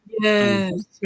Yes